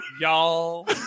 Y'all